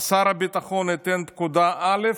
שר הביטחון ייתן פקודה א',